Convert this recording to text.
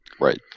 Right